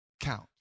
count